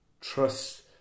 Trust